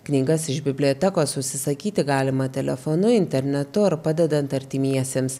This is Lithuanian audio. knygas iš bibliotekos užsisakyti galima telefonu internetu ar padedant artimiesiems